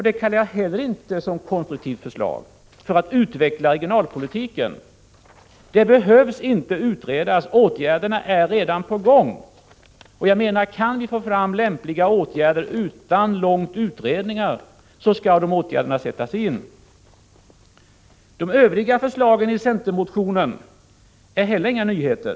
Detta kallar jag heller inte för något konstruktivt förslag till att utveckla regionalpolitiken. Det behövs inte utredas. Och åtgärderna är redan på gång. Om vi kan få fram lämpliga åtgärder utan långa utredningar så skall de åtgärderna sättas in. De övriga förslagen i centermotionen är heller inga nyheter.